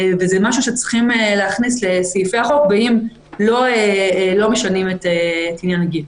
וזה משהו שצריכים להכניס לסעיפי החוק אם לא משנים את עניין הגיל.